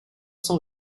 cent